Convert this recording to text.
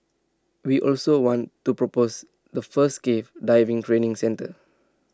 we also want to propose the first cave diving training centre